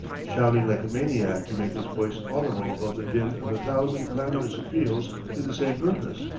shouting like a maniac to make his voice audible above the din of a thousand clamorous appeals to the same purpose.